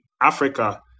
Africa